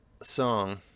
song